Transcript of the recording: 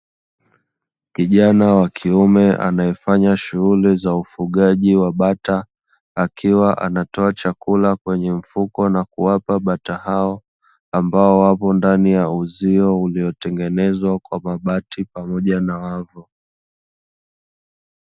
Kijana wa kiume anayefanya shughuli za ufugaji wa bata, akiwa anatoa chakula kwenye mfuko na kuwapa bata hao ambao wapo ndani ya uzio uliotengenezwa kwa mabati pamoja na wavu.